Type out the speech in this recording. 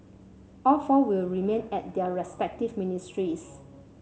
all four will remain at their respective ministries